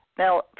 Now